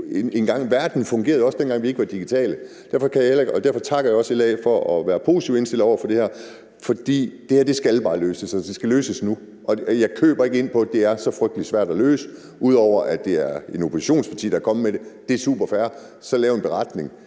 Verden fungerede også, dengang vi ikke var digitale. Derfor takker jeg også LA for at være positivt indstillet over for det her, for det her skal bare løses, og det skal løses nu. Jeg køber ikke ind på, at det er så frygtelig svært at løse, ud over at det er et oppositionsparti, der er kommet med forslaget. Det er super fair. Så lav en beretning.